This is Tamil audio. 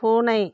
பூனை